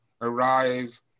Arise